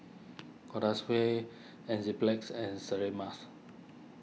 Enzyplex and Sterimars